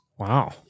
Wow